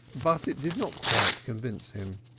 but it did not quite convince him.